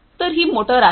तर ही मोटार आहे